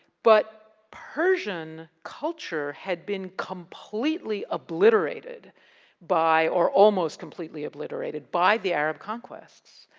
but, persian culture had been completely obliterated by, or almost completely obliterated by the arab conquests.